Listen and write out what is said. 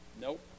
Nope